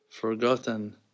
Forgotten